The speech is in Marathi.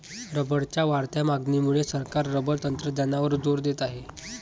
रबरच्या वाढत्या मागणीमुळे सरकार रबर तंत्रज्ञानावर जोर देत आहे